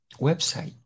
website